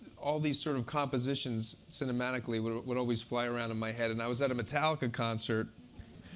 all these sort of compositions, cinematically, would would always fly around in my head. and i was at a metallica concert.